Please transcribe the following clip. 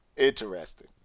Interesting